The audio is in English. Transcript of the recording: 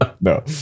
No